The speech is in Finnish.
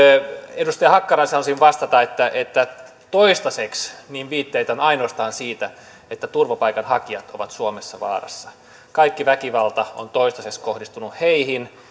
edustaja hakkaraiselle haluaisin vastata että että toistaiseksi viitteitä on ainoastaan siitä että turvapaikanhakijat ovat suomessa vaarassa kaikki väkivalta on toistaiseksi kohdistunut heihin